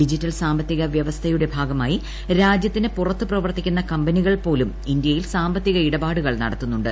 digital സാമ്പത്തിക വൃവസ്ഥയുടെ ഭാഗമായി രാജ്യത്തിന് പുറത്ത് പ്രവർത്തിക്കുന്ന കമ്പനികൾ പോലും ഇന്തൃയിൽ സാമ്പത്തിക ഇടപാടുകൾ നടത്തുന്നുണ്ട്